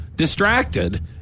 distracted